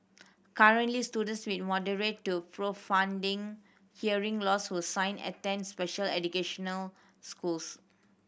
currently students with moderate to profounding hearing loss who sign attend special educational schools